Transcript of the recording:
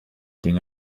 dinge